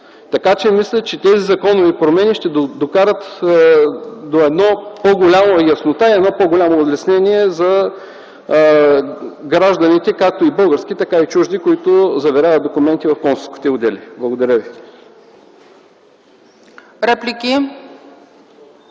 подпис. Мисля, че тези законови промени ще докарат до по-голяма яснота и по-голямо улеснение за гражданите както български, така и чужди, които заверяват документи в консулските отдели. Благодаря ви.